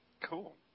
Cool